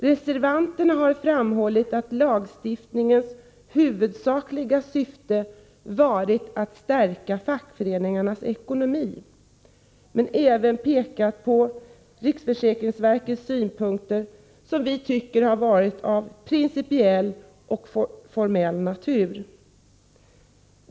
Reservanterna har framhållit att lagstiftningens huvudsakliga syfte varit att stärka fackföreningarnas ekonomi men även pekat på riksförsäkringsverkets synpunkter, som vi tycker har varit av principiell och formell natur.